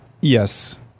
Yes